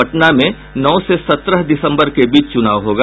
पटना में नौ से सत्रह दिसंबर के बीच चुनाव होगा